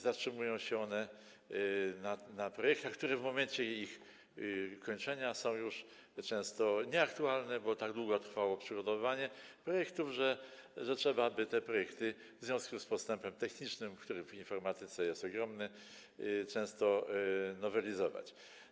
Zatrzymują się one na projektach, które w momencie ich kończenia są już często nieaktualne, bo tak długo trwało przygotowywanie projektów, że trzeba by je w związku z postępem technicznym, który w informatyce jest ogromny, często nowelizować.